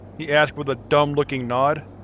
he asked with a dumb-looking nod.